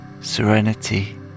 serenity